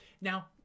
now